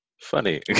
funny